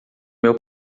meu